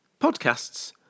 Podcasts